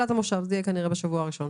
זה יהיה כנראה בשבוע הראשון.